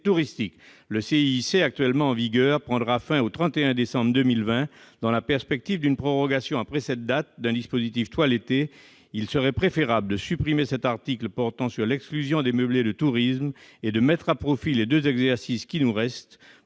Le CIIC actuellement en vigueur prendra fin le 31 décembre 2020. Dans la perspective d'une prorogation après cette date d'un dispositif toiletté, il serait préférable de supprimer cet article portant sur l'exclusion des meublés de tourisme et de mettre à profit les deux exercices qui nous restent